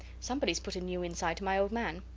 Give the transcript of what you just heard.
somebodys put a new inside to my old man.